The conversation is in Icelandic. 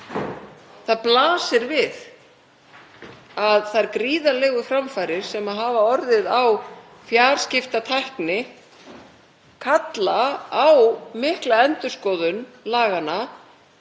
Það blasir við að þær gríðarlegu framfarir sem hafa orðið á fjarskiptatækni kalla á mikla endurskoðun laganna